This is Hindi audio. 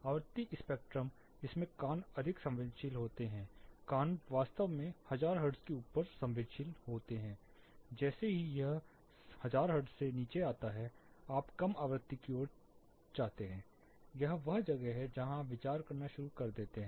आवृत्ति स्पेक्ट्रम जिसमें कान अधिक संवेदनशील होते हैं कान वास्तव में 1000 हर्ट्ज के ऊपर संवेदनशील होते हैं और जैसे ही यह 1000 हर्ट्ज से नीचे आता है आप कम आवृत्ति की ओर जाते हैं यह वह जगह है जहां आप विचार करना शुरू करते हैं